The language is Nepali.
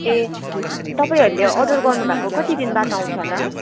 ए तपाईँहरूले अर्डर गर्नुभएको कति दिन बाद आउँछ होला